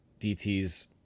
DTs